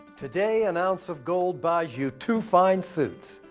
today, an ounce of gold buys you two fine suits.